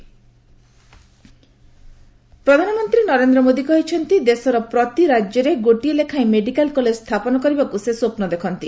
PM Assam ପ୍ରଧାନମନ୍ତ୍ରୀ ନରେନ୍ଦ୍ର ମୋଦି କହିଛନ୍ତି ଦେଶର ପ୍ରତି ରାଜ୍ୟରେ ଗୋଟିଏ ଲେଖାଏଁ ମେଡିକାଲ୍ କଲେଜ ସ୍ଥାପନ କରିବାକୁ ସେ ସ୍ୱପ୍ନ ଦେଖନ୍ତି